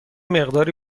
مقداری